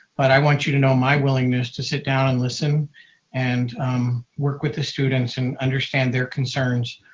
but i want you to know my willingness to sit down and listen and work with the students and understand their concerns,